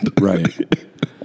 right